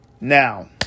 Now